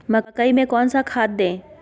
मकई में कौन सा खाद दे?